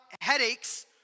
headaches